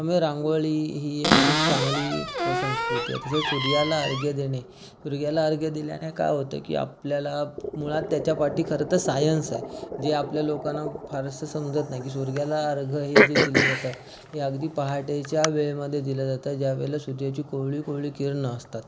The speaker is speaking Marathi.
त्यामुळे रांगोळी ही एक खूप चांगली संस्कृती तसंच सूर्याला अर्घ्य देणे सूर्याला अर्घ्य दिल्याने काय होतं की आपल्याला मुळात त्याच्यापाठी सायन्स आहे जे आपल्या लोकांना फारसं समजत नाही सूर्याला अर्घ्य हे जे दिलं जात हे अगदी पहाटेच्या वेळेमध्ये दिलं जातं ज्या वेळेला सूर्याची कोवळी कोवळी किरणं असतात